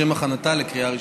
לשם הכנתה לקריאה ראשונה.